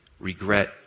Regret